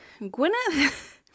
Gwyneth